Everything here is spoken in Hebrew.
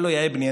ואמר לו: בני,